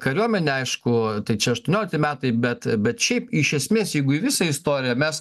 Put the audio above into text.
kariuomenė aišku tai čia aštuoniolikti metai bet bet šiaip iš esmės jeigu į visą istoriją mes